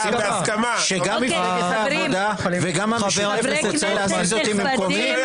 גם מפלגת העבודה וגם המשותפת רוצים להזיז אותי ממקומי.